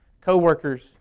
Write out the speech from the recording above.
co-workers